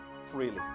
freely